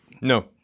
No